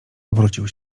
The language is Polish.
obrócił